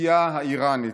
בסוגיה האיראנית.